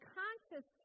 conscious